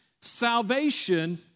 Salvation